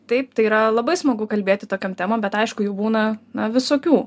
taip tai yra labai smagu kalbėti tokiom temom bet aišku jų būna na visokių